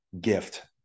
gift